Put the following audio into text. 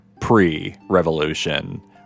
pre-revolution